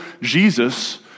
Jesus